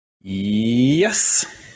Yes